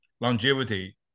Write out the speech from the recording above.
longevity